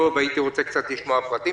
הייתי רוצה לשמוע פרטים.